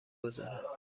گذارم